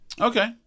Okay